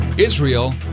Israel